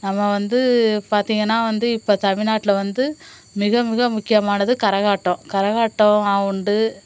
நம்ம வந்து பார்த்தீங்கன்னா வந்து இப்போ தமிழ்நாட்டில் வந்து மிக மிக முக்கியமானது கரகாட்டம் கரகாட்டம் உண்டு